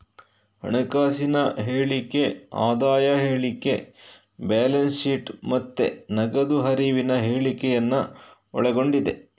ಹಣಕಾಸಿನ ಹೇಳಿಕೆ ಆದಾಯ ಹೇಳಿಕೆ, ಬ್ಯಾಲೆನ್ಸ್ ಶೀಟ್ ಮತ್ತೆ ನಗದು ಹರಿವಿನ ಹೇಳಿಕೆಯನ್ನ ಒಳಗೊಂಡಿದೆ